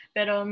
Pero